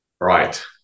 right